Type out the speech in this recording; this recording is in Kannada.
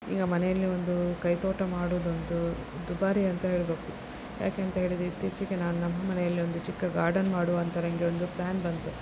ಈಗ ಮನೆಯಲ್ಲಿ ಒಂದು ಕೈತೋಟ ಮಾಡೋದು ಒಂದು ದುಬಾರಿ ಅಂತ ಹೇಳಬೇಕು ಯಾಕೇಂತ ಹೇಳಿದರೆ ಇತ್ತೀಚೆಗೆ ನಾನು ನಮ್ಮ ಮನೆಯಲ್ಲಿ ಒಂದು ಚಿಕ್ಕ ಗಾರ್ಡನ್ ಮಾಡುವ ಅಂತ ನನಗೆ ಒಂದು ಪ್ಲ್ಯಾನ್ ಬಂತು